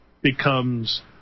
becomes